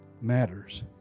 matters